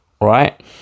right